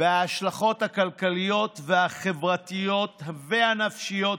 ההשלכות הכלכליות והחברתיות והנפשיות